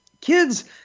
kids